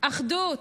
אחדות.